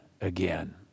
again